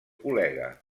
col·lega